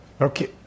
Okay